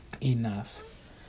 enough